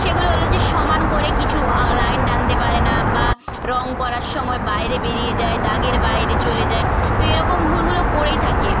সেগুলো হল যে সমান করে কিছু লাইন টানতে পারে না বা রং করার সময় বাইরে বেরিয়ে যায় দাগের বাইরে চলে যায় তো এরকম ভুলগুলো করেই থাকে